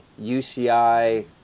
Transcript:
UCI